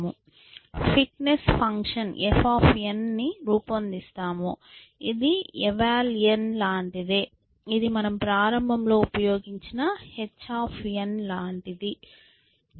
fitness function f ని రూపొందిస్తాము ఇది eval లాంటిది ఇది మనం ప్రారంభం లో ఉపయోగించిన h లాంటిది